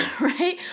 Right